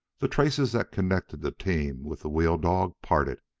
the traces that connected the team with the wheel-dog parted,